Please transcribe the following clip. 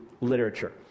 literature